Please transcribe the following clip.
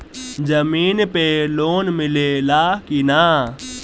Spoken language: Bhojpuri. जमीन पे लोन मिले ला की ना?